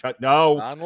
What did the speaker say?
no